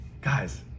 guys